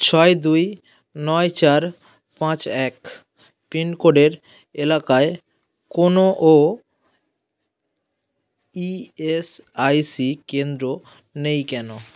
ছয় দুই নয় চার পাঁচ এক পিনকোডের এলাকায় কোনো ও ইএসআইসি কেন্দ্র নেই কেন